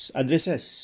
addresses